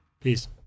Peace